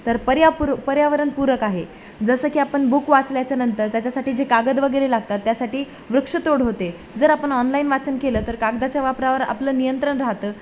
तर पर्यापूर पर्यावरणपूरक आहे जसं की आपण बुक वाचल्यानंतर त्याच्यासाठी जे कागद वगैरे लागतात त्यासाठी वृक्षतोड होते जर आपण ऑनलाईन वाचन केलं तर कागदाच्या वापरावर आपलं नियंत्रण राहतं